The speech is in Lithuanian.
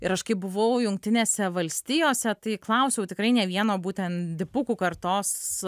ir aš kai buvau jungtinėse valstijose tai klausiau tikrai ne vieno būten dipukų kartos